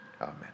Amen